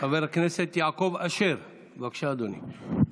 חבר הכנסת יעקב אשר, בבקשה, אדוני.